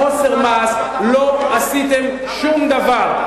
חוסר מעש, לא עשיתם שום דבר.